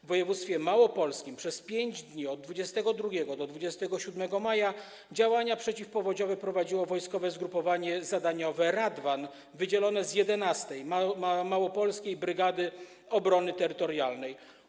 W województwie małopolskim przez 5 dni, od 22 do 27 maja, działania przeciwpowodziowe prowadziło wojskowe zgrupowanie zadaniowe Radwan wydzielone z 11. Małopolskiej Brygady Obrony Terytorialnej.